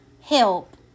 help